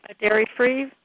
dairy-free